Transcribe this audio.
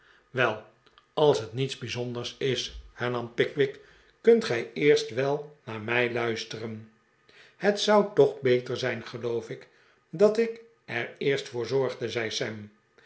wel als het niets bijzonders is hernam pickwick kunt gij eerst wel naar mij luisteren het zou toch beter zijn geloof ik dat ik er eerst voor zorgde zei